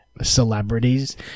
celebrities